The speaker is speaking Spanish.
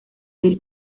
del